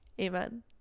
Amen